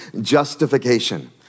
justification